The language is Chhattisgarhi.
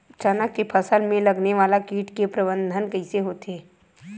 चना के फसल में लगने वाला कीट के प्रबंधन कइसे होथे?